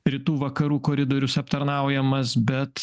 rytų vakarų koridorius aptarnaujamas bet